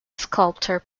sculptor